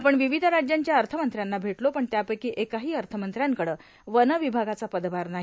आपण विविध राज्यांच्या अर्थमंत्र्यांना भेटलो पण त्यापैकी एकाही अर्थमंत्र्यांकडं वन विभागाचा पदभार नाही